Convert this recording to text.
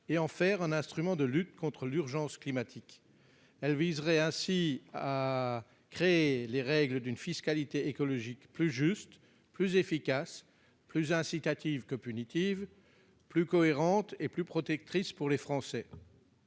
et en faire un instrument de lutte contre l'urgence climatique. Elle permettrait de fixer les règles d'une fiscalité écologique plus juste, plus efficace, plus incitative que punitive, plus cohérente et plus protectrice pour les Français.